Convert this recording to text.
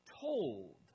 told